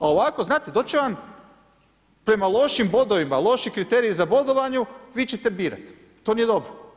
A ovako, znate, doći će vam, prema lošim bodovima, loši kriteriji za bodovanju, vi ćete birati, to nije dobro.